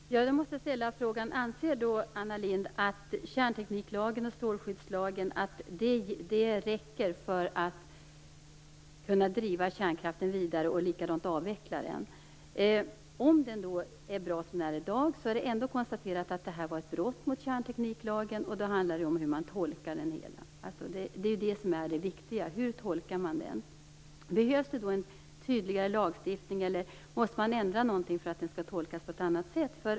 Herr talman! Då måste jag ställa frågan: Anser Anna Lindh att kärntekniklagen och strålskyddslagen räcker för att kunna driva kärnkraften vidare eller avveckla den? Om den är bra som den är i dag är det här ändå ett konstaterat brott mot kärntekniklagen, och då handlar det om hur man tolkar den. Det är det som är det viktiga: Hur tolkar man den? Behövs det då en tydligare lagstiftning, eller måste man ändra någonting för att den skall tolkas på ett annat sätt?